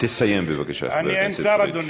תסיים בבקשה, חבר הכנסת פריג'.